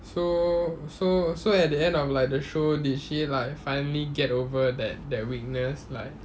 so so so at the end of like the show did she like finally get over that that weakness like